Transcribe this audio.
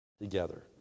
together